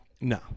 No